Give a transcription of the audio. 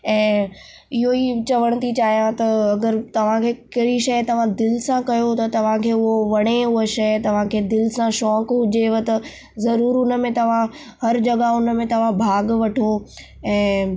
ऐं इहो ई चवणु थी चाहियां त अगरि तव्हांखे कहिड़ी शइ तव्हां दिलि सां कयो त तव्हांखे उहो वणे हूअ शइ तव्हांखे दिलि सां शौंक़ु हुजेव त ज़रूरु हुन में तव्हां हर जॻहि उन में तव्हां भाॻु वठो ऐं